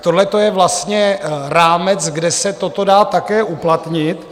Tohle je vlastně rámec, kde se toto dá také uplatnit.